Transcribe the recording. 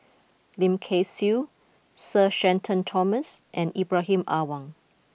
Lim Kay Siu Sir Shenton Thomas and Ibrahim Awang